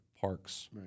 Parks